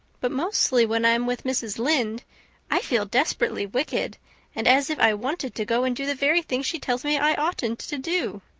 but mostly when i'm with mrs. lynde i feel desperately wicked and as if i wanted to go and do the very thing she tells me i oughtn't to do.